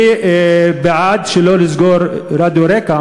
אני בעד שלא לסגור את רדיו רק"ע.